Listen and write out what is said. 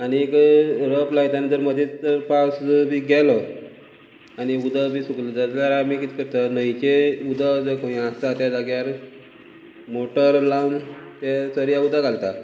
आनीक रोप लायताना जर मदीत पावस बी गेलो आनी उदक बी सुकले जाल्यार आमी किद करता न्हंयचे उदक जर खंय आसता त्या जाग्यार मोटर लावन ते चरया उदक घालता